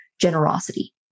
generosity